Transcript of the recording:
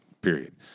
period